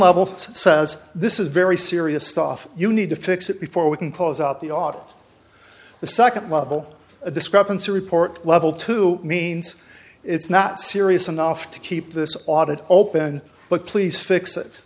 level says this is very serious stuff you need to fix it before we can close out the audit the second level a discrepancy report level two means it's not serious enough to keep this audit open but please fix